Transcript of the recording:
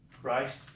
Christ